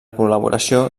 col·laboració